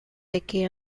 becky